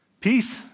Peace